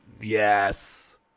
Yes